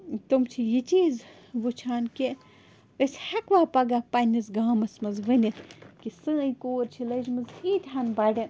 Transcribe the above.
تِم چھِ یہِ چیٖز وُچھان کہِ أسۍ ہیٚکہٕ وا پگاہ پَنٛنِس گامَس منٛز ؤنِتھ کہِ سٲنۍ کوٗر چھِ لٔجمٕژ ییٖتہن بَڑٮ۪ن